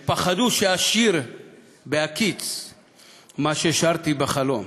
הם פחדו, "שאשיר בהקיץ מה ששרתי בחלום",